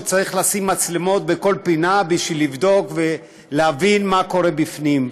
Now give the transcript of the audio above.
שצריך לשים מצלמות בכל פינה בשביל לבדוק ולהבין מה קורה בפנים.